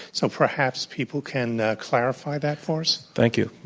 so perhaps people can clarify that for us? thank you.